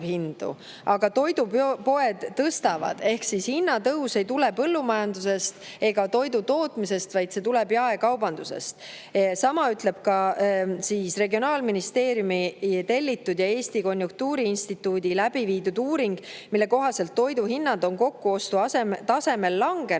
aga toidupoed tõstavad, ehk hinnatõus ei tule põllumajandusest ega toidu tootmisest, vaid see tuleb jaekaubandusest. Sama ütleb ka regionaalministeeriumi tellitud ja Eesti Konjunktuuriinstituudi läbi viidud uuring, mille kohaselt on toidu hinnad kokkuostu tasemel langenud,